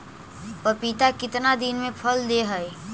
पपीता कितना दिन मे फल दे हय?